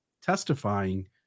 testifying